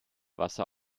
wasser